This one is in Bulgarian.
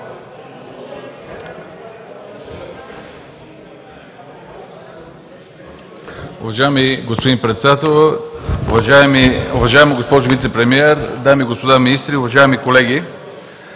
Уважаеми господин Председател, уважаема госпожо Вицепремиер, дами и господа министри, уважаеми колеги!